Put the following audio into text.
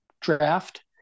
draft